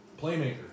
playmaker